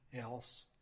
else